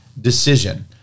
decision